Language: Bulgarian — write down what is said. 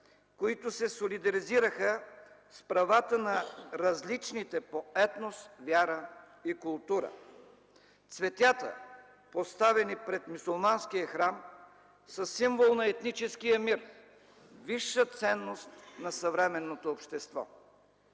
които се солидаризираха с правата на различните по етнос, вяра и култура! Цветята, поставени пред мюсюлманския храм, са символ на етническия мир, висша ценност на съвременното общество!